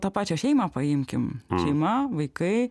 tą pačią šeimą paimkim šeima vaikai